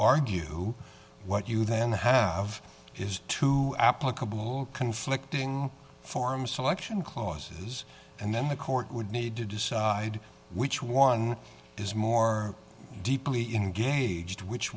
argue what you then have is to applicable conflicting forms selection clauses and then the court would need to decide which one is more deeply engaged which